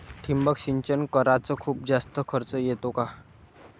ठिबक सिंचन कराच खूप जास्त खर्च येतो का?